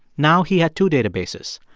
now he had two databases.